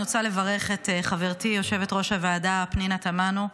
אני רוצה לברך את חברתי יושבת-ראש הוועדה פנינה תמנו,